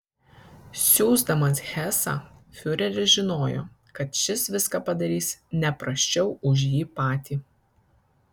siųsdamas hesą fiureris žinojo kad šis viską padarys ne prasčiau už jį patį